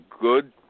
good